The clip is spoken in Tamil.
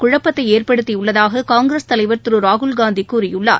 குழப்பத்தை ஏற்படுத்தி உள்ளதாக காங்கிரஸ் தலைவர் திரு ராகுல் காந்தி கூறியுள்ளார்